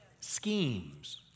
schemes